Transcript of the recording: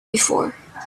before